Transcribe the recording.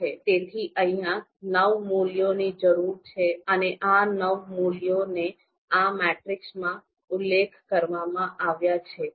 તેથી અહિયાં નવ મૂલ્યોની જરૂર છે અને આ નવ મૂલ્યોને આ મેટ્રિક્સમાં ઉલ્લેખ કરવામાં આવ્યો છે